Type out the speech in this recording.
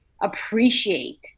appreciate